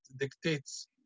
dictates